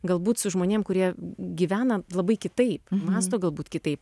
galbūt su žmonėm kurie gyvena labai kitaip mąsto galbūt kitaip